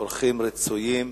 אורחים רצויים.